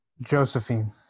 Josephine